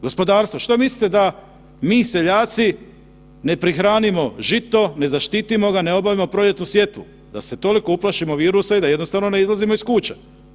Gospodarstvo, što mislite da mi seljaci ne prihranimo žito, ne zaštitimo da, ne obavimo proljetnu sjetvu, da se toliko uplašimo virusa i da jednostavno ne izlazimo iz kuća.